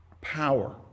power